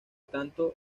tanto